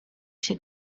się